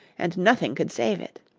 and nothing could save it.